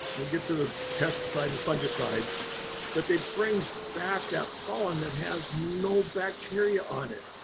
we'll get to the pesticides and fungicides, and but they bring back that pollen that has no bacteria on it.